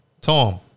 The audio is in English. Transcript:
Tom